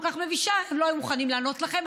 כך מבישה הם לא היו מוכנים לענות לכם.